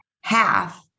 half